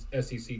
SEC